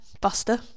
buster